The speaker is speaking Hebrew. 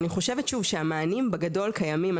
אני חושבת שוב, שהמענים בגדול קיימים.